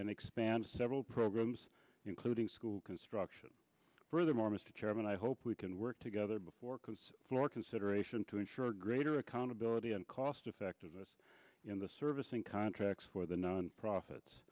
and expand several programs including school construction furthermore mr chairman i hope we can work together before consider for consideration to ensure greater accountability and cost effectiveness in the servicing contracts for the non profits